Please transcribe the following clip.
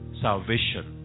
salvation